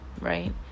right